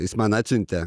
jis man atsiuntė